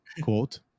quote